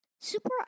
Super